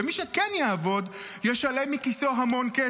ומי שכן יעבוד ישלם מכיסו המון כסף.